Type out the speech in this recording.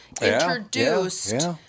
introduced